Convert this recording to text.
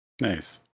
Nice